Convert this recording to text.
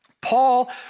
Paul